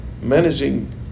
managing